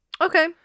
Okay